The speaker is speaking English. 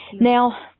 Now